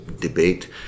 debate